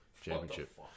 championship